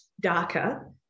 darker